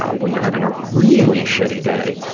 ah when you're having a really shitty day,